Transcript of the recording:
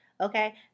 okay